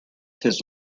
his